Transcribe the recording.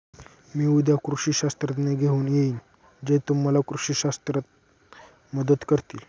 मी उद्या कृषी शास्त्रज्ञ घेऊन येईन जे तुम्हाला कृषी शास्त्रात मदत करतील